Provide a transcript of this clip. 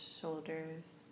shoulders